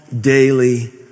daily